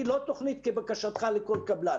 אני לא תוכנית כבקשתך לכל קבלן.